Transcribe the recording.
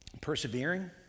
persevering